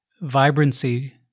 vibrancy